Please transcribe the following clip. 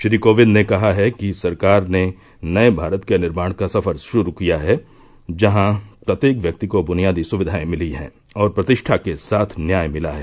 श्री कोविंद ने कहा है कि सरकार ने नए भारत के निर्माण का सफर श्रू किया है जहां प्रत्येक व्यक्ति को बुनियादी सुक्विाएं मिली हैं और प्रतिष्ठा के साथ न्याय मिला है